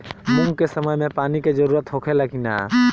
मूंग के समय मे पानी के जरूरत होखे ला कि ना?